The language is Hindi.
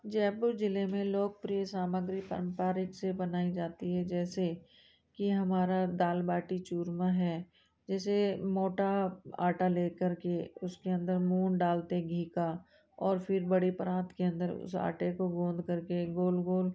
जयपुर जिले में लोकप्रिय सामग्री परंपारिक से बनाई जाती है जैसे कि हमारा दाल बाटी चूरमा है जैसे मोटा आटा लेकर के उसके अंदर मूंग डालते घी का और फिर बड़े परात के अंदर उस आटे को गुंद कर के गोल गोल